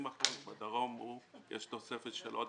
האו 20 אחוזים ובדרום יש תוספת של עוד